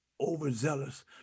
overzealous